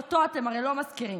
אותו אתם הרי לא מזכירים,